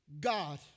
God